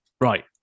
Right